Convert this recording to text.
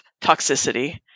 toxicity